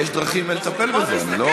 יש דרכים לטפל בזה.